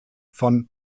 von